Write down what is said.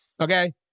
okay